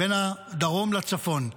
בין הדרום לצפון.